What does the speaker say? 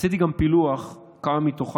עשיתי גם פילוח כמה מתוכם,